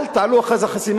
אל תעלו את אחוז החסימה,